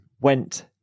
went